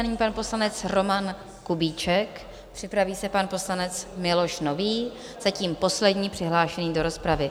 A nyní pan poslanec Roman Kubíček, připraví se pan poslanec Miloš Nový, zatím poslední přihlášený do rozpravy.